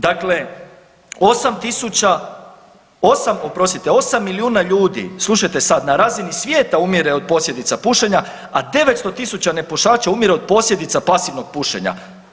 Dakle, 8.000 oprostite 8 milijuna ljudi, slušajte sad, na razini svijeta umire od posljedica pušenja, a 900.000 nepušača umire od posljedica pasivnog pušenja.